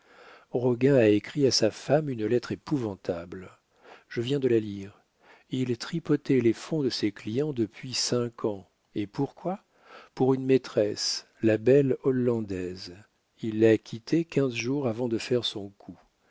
nucingen roguin a écrit à sa femme une lettre épouvantable je viens de la lire il tripotait les fonds de ses clients depuis cinq ans et pourquoi pour une maîtresse la belle hollandaise il l'a quittée quinze jours avant de faire son coup